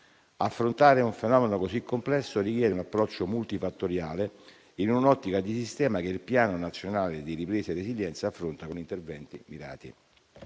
Affrontare un fenomeno così complesso richiede un approccio multi-fattoriale, in un'ottica di sistema che il Piano nazionale di ripresa e residenza affronta con interventi mirati.